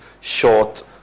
short